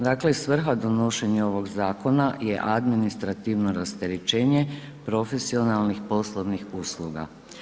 Dakle svrha donošenja ovog zakona je administrativno rasterečenje profesionalnih poslovnih usluga.